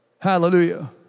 Hallelujah